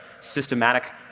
systematic